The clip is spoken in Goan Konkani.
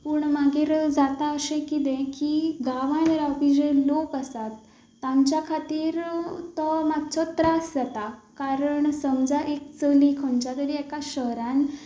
पूण मागीर जाता अशें कितें की गांवांत रावपी जे लोक आसात तांच्या खातीर तो मातसो त्रास जाता कारण समजा एक चली खंयच्या तरी एक शहरांत